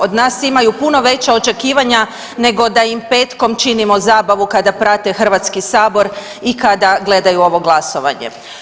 Od nas imaju puno veća očekivanja nego da im petkom činimo zabavu kada prate Hrvatski sabor i kada gledaju ovo glasovanje.